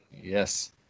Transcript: Yes